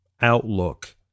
outlook